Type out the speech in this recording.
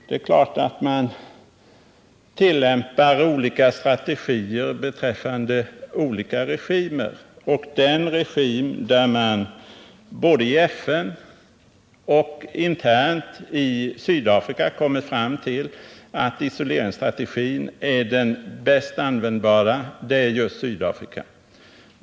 Det är klart att det måste tillämpas olika strategier gentemot olika regimer, och i det här fallet har man både i FN och internt i Sydafrika kommit fram till att isoleringsstrategin är den mest användbara.